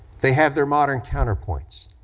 they have their modern counterpoints,